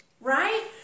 right